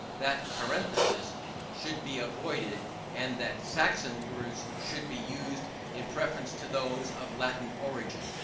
that parentheses should be avoided and that saxon words should be used in preference to those of latin origin,